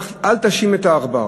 אל תאשים את העכבר.